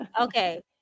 Okay